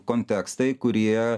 kontekstai kurie